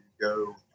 go